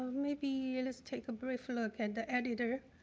maybe let's take a brief look at the editor.